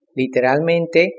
literalmente